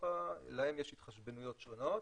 להם יש התחשבנויות שונות.